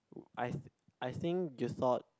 I I think you thought